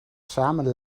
samen